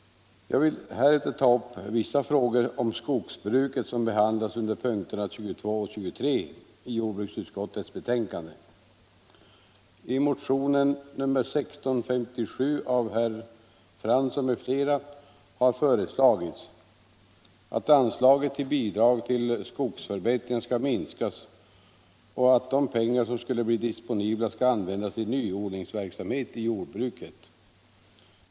Jag vill härefter ta upp vissa frågor om skogsbruket som behandlas under punkterna 22 och 23 i jordbruksutskottets betänkande. I motionen 1657 av herr Fransson m.fl. har föreslagits att anslaget till bidrag till skogsförbättringar skall minskas och att de pengar som skulle bli disponibla skall användas till nyodlingsverksamhet i jordbruket.